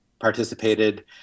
participated